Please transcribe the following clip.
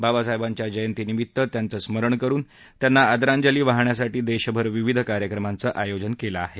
बाबासाहेबांच्या जयंतीनिमित्त त्यांचं स्मरण करून त्यांना आदरांजली वाहण्यासाठी देशभर विविध कार्यक्रमांचं आयोजन केलं आहे